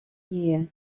year